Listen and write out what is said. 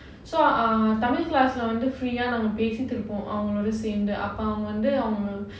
so ah tamil class leh வந்து:vanthu free ah பேசிட்டு இருப்போம் அவனோட சேர்ந்து:pesittu iruppom avanoda serndhu